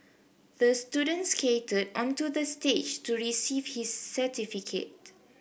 the student skated onto the stage to receive his certificate